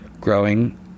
growing